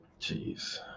Jeez